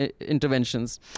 interventions